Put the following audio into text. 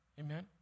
Amen